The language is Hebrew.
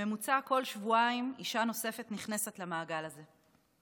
בממוצע כל שבועיים אישה נוספת נכנסת למעגל הזה.